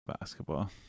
Basketball